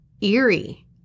eerie